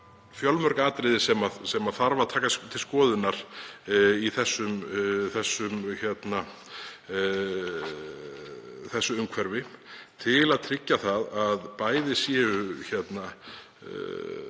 fjölmörg atriði sem þarf að taka til skoðunar í þessu umhverfi til að tryggja að bæði séu